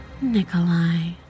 Nikolai